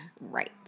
right